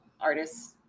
artists